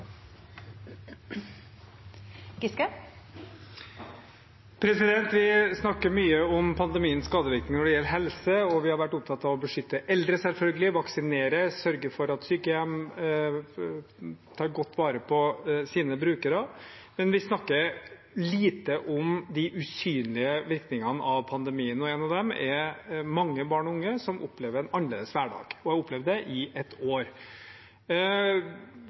Vi snakker mye om pandemiens skadevirkninger når det gjelder helse. Vi har selvfølgelig vært opptatt av å beskytte eldre; vaksinere, sørge for at sykehjem tar godt vare på sine brukere, men vi snakker lite om de usynlige virkningene av pandemien. En av dem er at mange barn og unge opplever en annerledes hverdag og har opplevd det i ett år.